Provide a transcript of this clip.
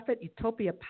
Utopia